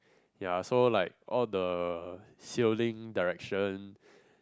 ya so like all the sailing direction